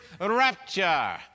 rapture